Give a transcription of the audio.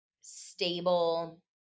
stable